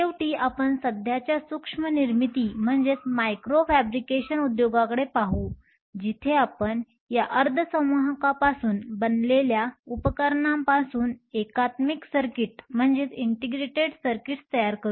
शेवटी आपण सध्याच्या सूक्ष्म निर्मिती उद्योगाकडे पाहू जिथे आपण या अर्धसंवाहकांपासून बनलेल्या उपकरणांपासून एकात्मिक सर्किट तयार करू